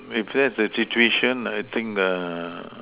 if that's the situation I think uh